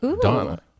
Donna